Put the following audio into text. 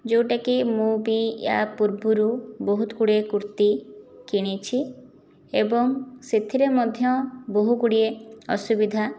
ଯେଉଁଟାକି ମୁଁ ବି ଏହା ପୂର୍ବରୁ ବହୁତଗୁଡ଼ିଏ କୁର୍ତ୍ତି କିଣିଛି ଏବଂ ସେଥିରେ ମଧ୍ୟ ବହୁଗୁଡ଼ିଏ ଅସୁବିଧା